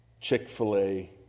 Chick-fil-A